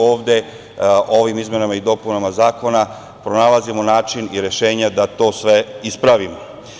Ovde ovim izmenama i dopunama zakona pronalazimo način i rešenje da to sve ispravimo.